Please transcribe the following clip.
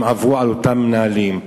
אם עברו על אותם נהלים,